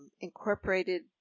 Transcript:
incorporated